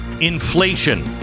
inflation